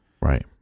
Right